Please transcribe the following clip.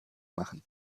machen